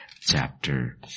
chapter